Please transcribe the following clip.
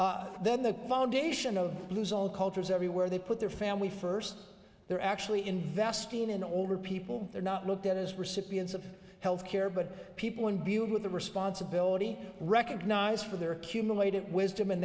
life then the foundation of blues all cultures every where they put their family first they're actually investing in older people they're not looked at as recipients of health care but people in beauty with the responsibility recognize for their accumulated wisdom